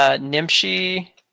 Nimshi